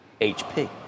HP